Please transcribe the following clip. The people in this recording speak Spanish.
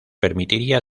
permitiría